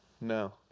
No